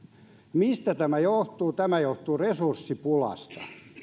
mistä tämä johtuu tämä johtuu resurssipulasta